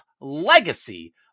legacy